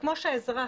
וכמו שהאזרח,